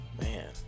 Man